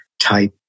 type